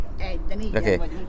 Okay